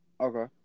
Okay